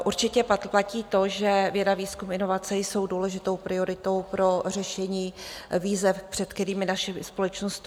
Určitě platí to, že věda, výzkum, inovace jsou důležitou prioritou pro řešení výzev, před kterými naše společnost stojí.